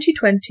2020